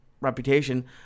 reputation